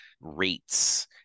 rates